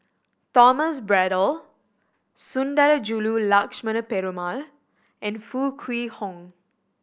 Thomas Braddell Sundarajulu Lakshmana Perumal and Foo Kwee Horng